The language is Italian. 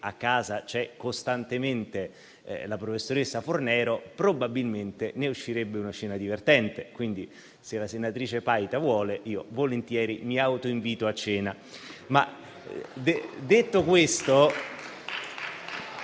Salvini e costantemente la professoressa Fornero, probabilmente ne uscirebbe una cena divertente. Quindi se la senatrice Paita vuole, io volentieri mi autoinvito a cena. *(Applausi.